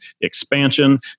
expansion